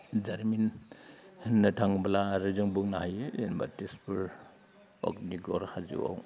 जारिमिन होननो थाङोब्ला आरो जों बुंनो हायो तेजपुर अग्निगड़ हाजोआव